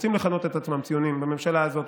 שרוצים לכנות את עצמם ציונים בממשלה הזאת,